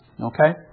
Okay